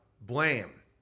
blame